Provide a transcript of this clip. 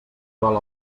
vol